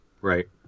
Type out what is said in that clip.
Right